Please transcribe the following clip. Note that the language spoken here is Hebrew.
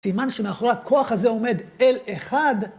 סימן שמאחורי הכוח הזה עומד אל אחד.